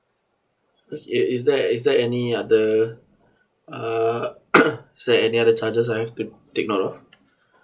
okay is there is there any other uh is there any other charges I have to take note of